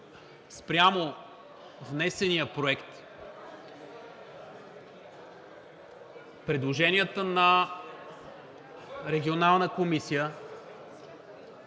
спрямо внесения проект предложенията на Регионалната комисия